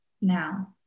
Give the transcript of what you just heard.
now